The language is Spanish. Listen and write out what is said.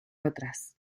otras